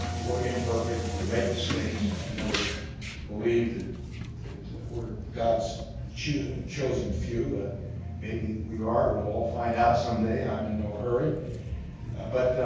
we're imperfect we make mistakes i've never believed that that we're god's chosen few ah maybe we are we'll all find out someday i'm in no hurry but